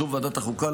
באישור ועדת החוקה,